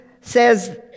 says